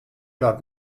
dat